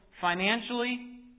financially